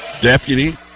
Deputy